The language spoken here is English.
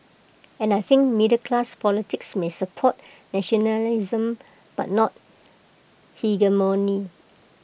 and I think middle class politics may support nationalism but not hegemony